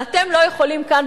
ואתם לא יכולים כאן,